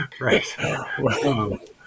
Right